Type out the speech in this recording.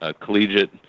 collegiate